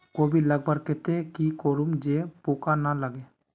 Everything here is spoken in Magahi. कोबी लगवार केते की करूम जे पूका ना लागे?